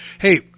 Hey